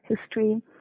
history